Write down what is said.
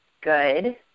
good